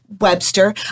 webster